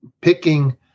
picking